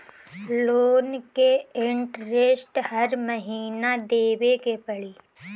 Loan के interest हर महीना देवे के पड़ी?